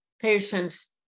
patients